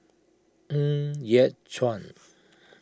Ng Yat Chuan